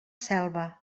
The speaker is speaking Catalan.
selva